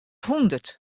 hûndert